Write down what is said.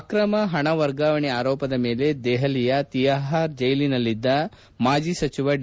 ಅಕ್ರಮ ಪಣ ವರ್ಗಾವಣೆ ಆರೋಪದ ಮೇಲೆ ದೆಹಲಿಯ ತಿಪಾರ್ ಜೈಲಿನಲ್ಲಿದ್ದ ಮಾಜಿ ಸಚಿವ ಡಿ